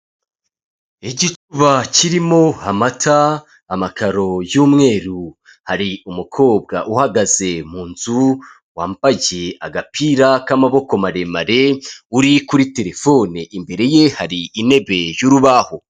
Igicuba kirimo amata amakaro y'umweru hari umukobwa uhagaze mu nzu wambaye agapira k'amaboko maremare uri kuri terefone, imbere ye hari intebe y'urubaho.